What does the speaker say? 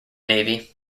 navy